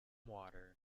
water